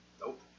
Nope